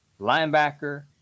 Linebacker